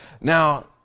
Now